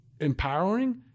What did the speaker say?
empowering